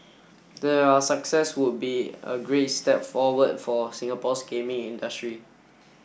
their success would be a great step forward for Singapore's gaming industry